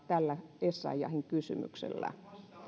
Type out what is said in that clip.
tällä essayahin kysymyksellä